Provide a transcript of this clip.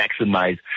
maximize